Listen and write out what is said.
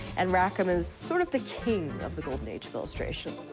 and rackham is sort of the king of the golden age of illustration.